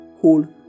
whole